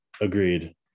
agreed